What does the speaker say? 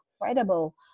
incredible